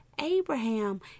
Abraham